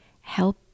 help